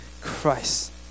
christ